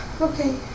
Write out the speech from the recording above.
Okay